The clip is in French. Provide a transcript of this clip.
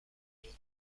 mon